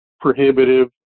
prohibitive